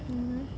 mmhmm